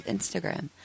Instagram